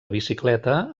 bicicleta